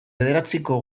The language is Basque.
bederatziko